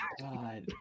God